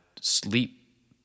sleep